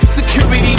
Security